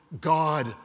God